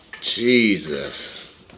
Jesus